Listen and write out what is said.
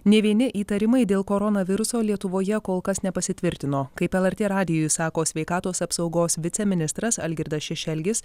nė vieni įtarimai dėl koronaviruso lietuvoje kol kas nepasitvirtino kaip lrt radijui sako sveikatos apsaugos viceministras algirdas šešelgis